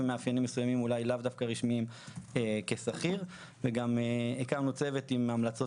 ומאפיינים מסויימים אולי לאו דווקא רשמיים כשכיר וגם הקמנו צוות עם המלצות